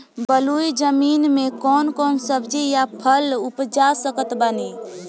बलुई जमीन मे कौन कौन सब्जी या फल उपजा सकत बानी?